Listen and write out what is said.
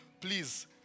Please